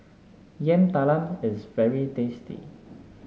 Yam Talam is very tasty